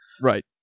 Right